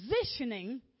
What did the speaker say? positioning